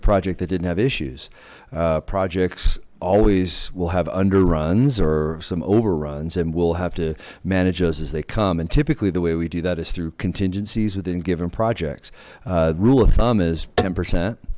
a project that didn't have issues projects always will have under runs or some overruns and we'll have to manage those as they come and typically the way we do that is through contingencies within given projects rule of thumb is ten percent